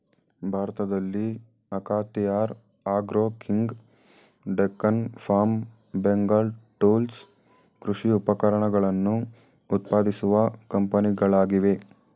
ಭಾರತದಲ್ಲಿ Akhatiyar agro king, Deccan farm, Bengal tools ಕೃಷಿ ಉಪಕರಣಗಳನ್ನು ಉತ್ಪಾದಿಸುವ ಕಂಪನಿಗಳಾಗಿವೆ